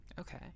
Okay